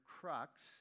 crux